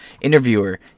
Interviewer